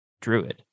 Druid